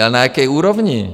Ale na jaké úrovni?